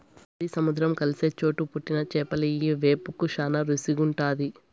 నది, సముద్రం కలిసే చోట పుట్టిన చేపలియ్యి వేపుకు శానా రుసిగుంటాది